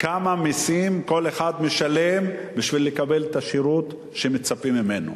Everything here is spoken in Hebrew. כמה מסים כל אחד משלם בשביל לקבל את השירות שמצפים מהן.